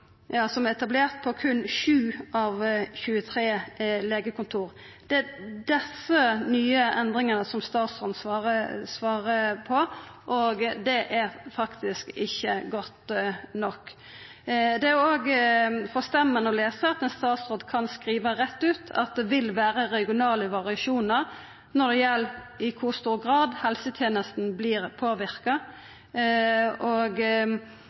av de 23 legekontorene». Det er desse nye endringane som statsråden svarar på, og det er faktisk ikkje godt nok. Det er òg forstemmande å lesa at ein statsråd kan skriva rett ut at det vil vera «regionale variasjoner når det gjelder i hvor stor grad helsetjenesten blir